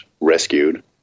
rescued